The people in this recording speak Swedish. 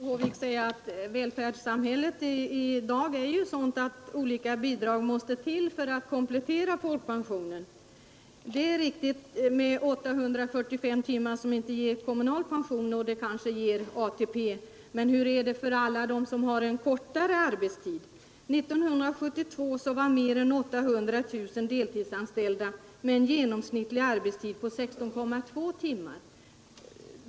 Herr talman! Jag vill till fru Håvik säga att välfärdssamhället i dag är sådant, att olika bidrag är nödvändiga för att komplettera folkpensionen. Det är riktigt att 845 timmar inte berättigar till kommunal pension, även om det kanske ger ATP, men hur är det med alla dem som har en kortare arbetstid? År 1972 fanns det mer än 800 000 deltidsanställda i Sverige, med en genomsnittlig arbetstid på 16,2 timmar.